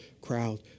crowd